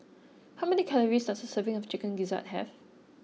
how many calories does a serving of Chicken Gizzard have